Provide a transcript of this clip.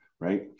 right